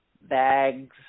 bags